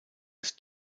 des